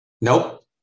Nope